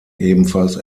ebenfalls